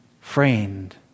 friend